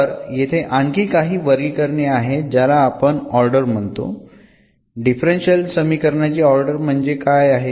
तर येथे आणखी काही वर्गीकरणे आहेत ज्याला आपण ऑर्डर म्हणतो डिफरन्शियल समीकरणांची ऑर्डर म्हणजे काय आहे